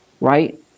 Right